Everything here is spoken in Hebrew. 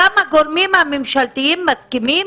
גם הגורמים הממשלתיים מסכימים